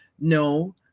No